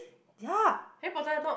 yeah